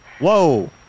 Whoa